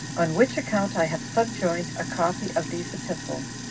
on which account i have subjoined a copy of these epistles,